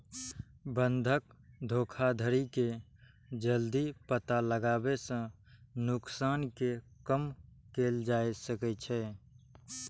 बंधक धोखाधड़ी के जल्दी पता लगाबै सं नुकसान कें कम कैल जा सकै छै